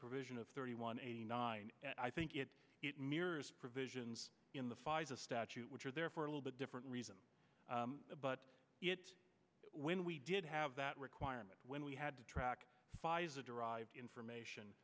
ovision of thirty one eighty nine i think it it mirrors provisions in the pfizer statute which are there for a little bit different reasons but it's when we did have that requirement when we had to track pfizer derived information